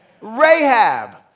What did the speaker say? Rahab